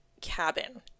cabin